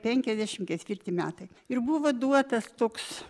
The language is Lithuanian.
penkiasdešimt ketvirti metai ir buvo duotas toks